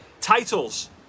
Titles